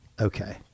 Okay